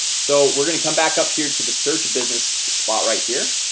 so we're gonna come back up here to the search business spot right here,